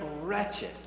wretched